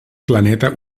planeta